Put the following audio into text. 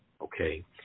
Okay